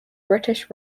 british